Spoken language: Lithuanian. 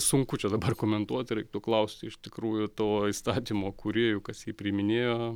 sunku čia dabar komentuoti reiktų klausti iš tikrųjų to įstatymo kūrėjų kas jį priiminėjo